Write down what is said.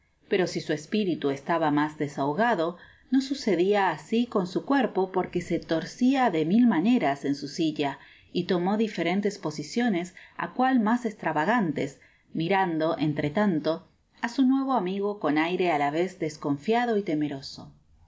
pero si su espiritu estaba mas desahogado no sucedia asi con su cuerpo porque se torcia de mil maneras en su silla y tomó diferentes posiciones á cual mas estravagantes mirando entretanto á su nuevo amigo con aire a la vez desconfiado y temeroso